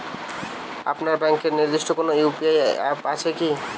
আপনার ব্যাংকের নির্দিষ্ট কোনো ইউ.পি.আই অ্যাপ আছে আছে কি?